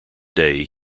day